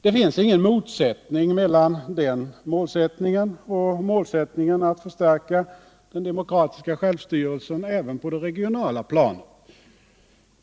Det finns ingen motsättning mellan den målsättningen och målsättningen att förstärka den demokratiska självstyrelsen även på det regionala planet.